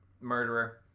Murderer